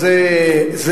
כך שכל הסיפור הוא,